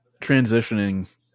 transitioning